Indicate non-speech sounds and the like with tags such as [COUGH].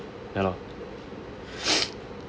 ya lor [BREATH]